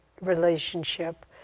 relationship